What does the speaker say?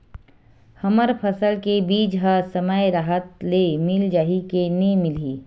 हमर फसल के बीज ह समय राहत ले मिल जाही के नी मिलही?